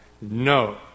no